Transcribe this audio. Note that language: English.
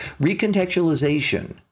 recontextualization